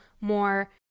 more